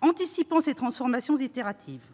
anticipant ses transformations itératives.